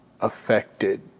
affected